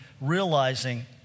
realizing